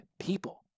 people